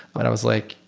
but i was like,